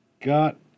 got